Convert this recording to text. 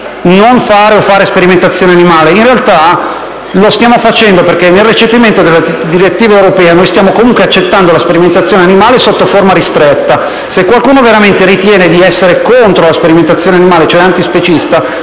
di fare o non fare sperimentazione animale: in realtà lo stiamo facendo, perché nel recepimento della direttiva europea stiamo comunque accettando la sperimentazione animale sotto forma ristretta. Se qualcuno veramente ritiene di essere contro la sperimentazione animale, cioè antispecista,